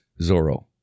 Zorro